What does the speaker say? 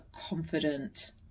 confident